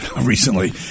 recently